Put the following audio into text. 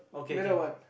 middle one